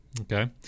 Okay